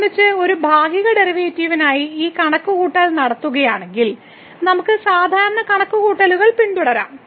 x നെ സംബന്ധിച്ച് ഒരു ഭാഗിക ഡെറിവേറ്റീവിനായി ഈ കണക്കു കൂട്ടൽ നടത്തുകയാണെങ്കിൽ നമുക്ക് സാധാരണ കണക്കുകൂട്ടലുകൾ പിന്തുടരാം